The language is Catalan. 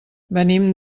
venim